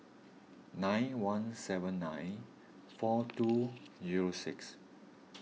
nine one seven nine four two zero six